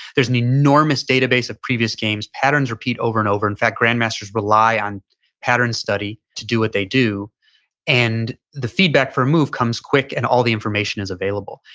there's an enormous database of previous games patterns repeat over and over. in fact grandmasters rely on pattern study to do what they do and the feedback for a move comes quick and all the information is available.